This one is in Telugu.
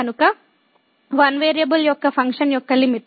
కనుక ఒక వేరియబుల్ యొక్క ఫంక్షన్ యొక్క లిమిట్